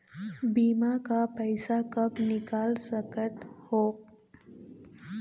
बीमा का पैसा कब निकाल सकत हो?